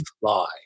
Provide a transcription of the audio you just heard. fly